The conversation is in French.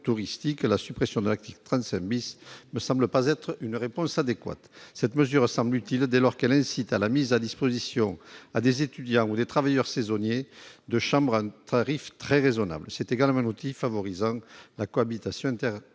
la suppression de l'article 35 ne semble pas constituer une réponse adéquate. Cette mesure semble utile dès lors qu'elle incite à la mise à disposition, pour des étudiants ou des travailleurs saisonniers, de chambres à un tarif très raisonnable. C'est également un outil favorisant la cohabitation